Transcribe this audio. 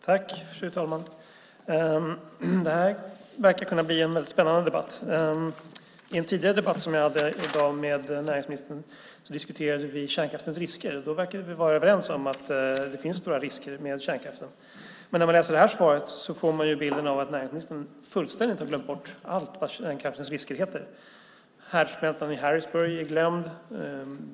Fru talman! Det här verkar kunna bli en väldigt spännande debatt. I en tidigare debatt som jag hade i dag med näringsministern diskuterade vi kärnkraftens risker. Då verkade vi vara överens om att det finns stora risker med kärnkraften. När man läser det här svaret får man dock bilden av att näringsministern fullständigt har glömt bort allt vad kärnkraftens risker heter. Härdsmältan i Harrisburg är glömd.